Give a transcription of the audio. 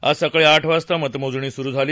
आज सकाळी आठ वाजता मतमोजणी सुरु झाली